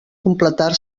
completar